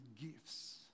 gifts